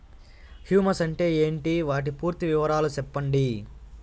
Humus అంటే ఏంటి? వాటి పూర్తి వివరాలు సెప్పండి?